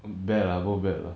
bad lah both bad lah